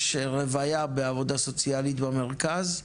יש רוויה בעבודה סוציאלית במרכז,